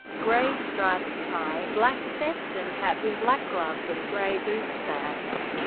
gray-striped tie, black stetson hat with black gloves and gray boot spats.